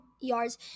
yards